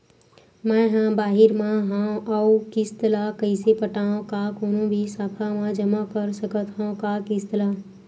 मैं हा बाहिर मा हाव आऊ किस्त ला कइसे पटावव, का कोनो भी शाखा मा जमा कर सकथव का किस्त ला?